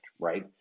Right